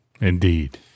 Indeed